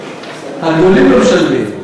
הגדולים לא משלמים.